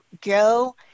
go